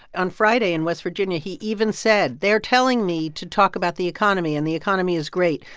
on friday in west virginia he even said, they're telling me to talk about the economy, and the economy is great.